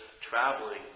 traveling